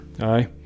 Aye